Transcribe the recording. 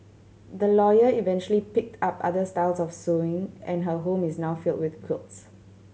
the lawyer eventually picked up other styles of sewing and her home is now filled with quilts